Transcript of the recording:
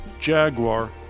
Jaguar